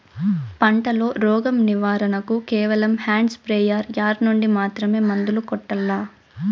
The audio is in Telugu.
పంట లో, రోగం నివారణ కు కేవలం హ్యాండ్ స్ప్రేయార్ యార్ నుండి మాత్రమే మందులు కొట్టల్లా?